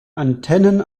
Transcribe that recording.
antennen